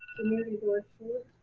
community board four